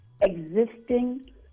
existing